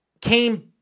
came